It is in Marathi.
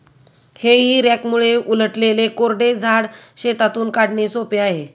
हेई रॅकमुळे उलटलेले कोरडे झाड शेतातून काढणे सोपे आहे